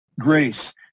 Grace